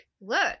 look